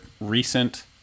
recent